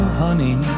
honey